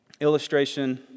illustration